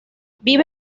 vive